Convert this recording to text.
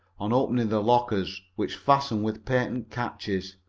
on opening the lockers, which fastened with patent catches,